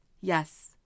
Yes